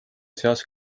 seas